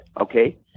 okay